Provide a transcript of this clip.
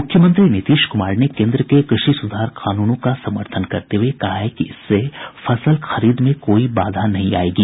मुख्यमंत्री नीतीश कुमार ने कोन्द्र के कृषि सुधार कानूनों का समर्थन करते हुये कहा है कि इससे फसल खरीद में कोई बाधा नहीं आयेगी